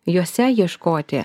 jose ieškoti